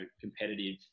competitive